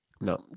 No